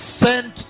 sent